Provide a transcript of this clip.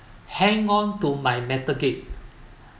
hang on to my metal gate